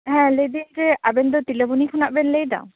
ᱦᱮᱸ ᱞᱟ ᱭᱫᱟᱹᱧ ᱡᱮ ᱟᱵᱤᱱ ᱫᱚ ᱛᱤᱞᱟ ᱵᱚᱱᱤ ᱠᱷᱚᱱᱟᱜ ᱵᱤᱱ ᱞᱟ ᱭᱮᱫᱟ